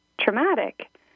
traumatic